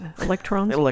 Electrons